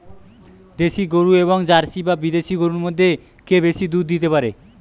দেশী গরু এবং জার্সি বা বিদেশি গরু মধ্যে কে বেশি দুধ দিতে পারে?